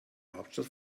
hauptstadt